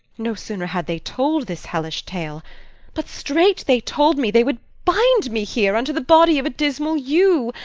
no sooner had they told this hellish tale but straight they told me they would bind me here unto the body of a dismal yew,